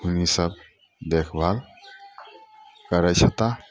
ईसब देखभाल करय छै ओतय